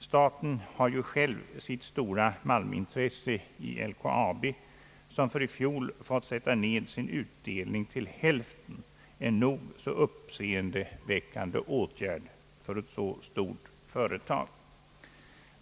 Staten har ju själv sitt stora malmintresse i LKAB, som för i fjol fått sätta ned sin utdelning till hälften, en nog så uppseendeväckande åtgärd för ett så stort företag.